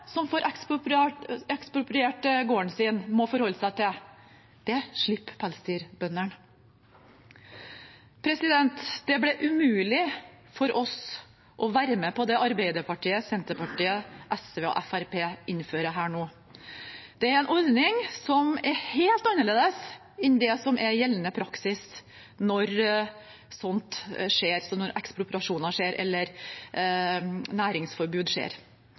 som får ekspropriert gården sin, må forholde seg til, det slipper pelsdyrbøndene. Det ble umulig for oss å være med på det Arbeiderpartiet, Senterpartiet, SV og Fremskrittspartiet innfører her nå. Det er en ordning som er helt annerledes enn det som er gjeldende praksis når ekspropriasjoner skjer, eller når næringsforbud skjer.